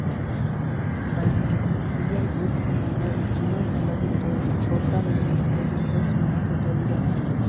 financial risk management लगी छोटा निवेश के विशेष महत्व देल जा हई